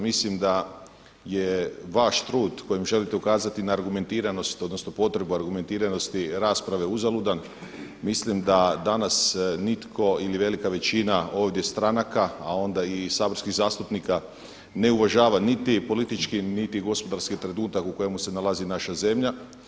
Mislim da je vaš trud kojim želite ukazati na argumentiranost odnosno potrebu argumentiranosti rasprave uzaludan, mislim da danas nitko ili velika većina ovdje stranaka, a onda i saborskih zastupnika ne uvažava niti politički niti gospodarski trenutak u kojemu se nalazi naša zemlja.